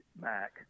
Mac